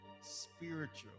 spiritual